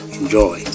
enjoy